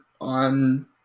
on